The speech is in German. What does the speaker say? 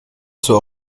zur